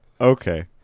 Okay